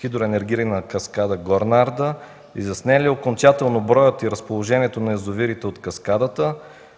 Хидроенергийна каскада „Горна Арда”, изяснен ли е окончателно броят и разположението на язовирите от каскадата,